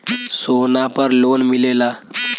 सोना पर लोन मिलेला?